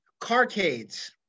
carcades